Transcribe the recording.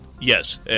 Yes